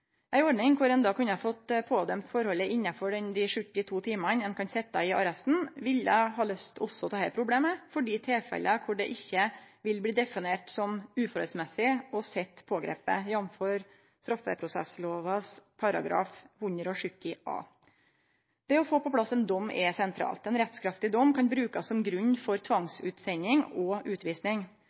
Ei ordning der ein kunne fått pådømt forholdet innanfor dei 72 timane ein kan sitje i arresten, ville ha løyst også dette problemet for dei tilfella der det ikkje vil bli definert som uforholdsmessig å sitje pågripen, jf. straffeprosesslova § 170a. Det å få på plass ein dom er sentralt. Ein rettskraftig dom kan brukast som grunn for tvangsutsending og